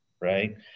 Right